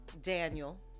Daniel